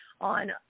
on